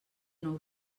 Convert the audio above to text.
nou